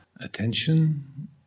attention